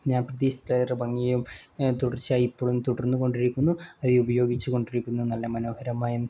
ഞാൻ പ്രതീക്ഷിച്ച അത്ര ഭംഗിയും തുടർച്ചയായി ഇപ്പോളും തുടർന്ന് കൊണ്ടിരിക്കുന്നു അത് ഉപയോഗിച്ച് കൊണ്ടിരിക്കുന്നു നല്ല മനോഹരമായ